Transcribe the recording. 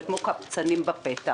זה כמו קבצנים בפתח.